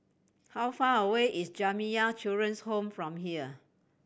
how far away is Jamiyah Children's Home from here